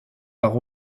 par